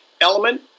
element